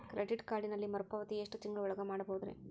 Credit ಕಾರ್ಡಿನಲ್ಲಿ ಮರುಪಾವತಿ ಎಷ್ಟು ತಿಂಗಳ ಒಳಗ ಮಾಡಬಹುದ್ರಿ?